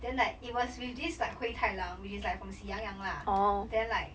then like it was with this like 灰太狼 which is like from 喜羊羊啦 then like